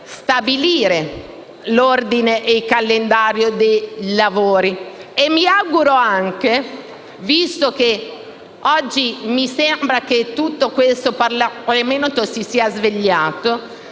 stabilire l'ordine ed il calendario dei lavori. Mi auguro anche, visto che oggi mi sembra che tutto il Parlamento si sia svegliato,